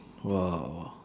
!wow!